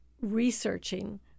researching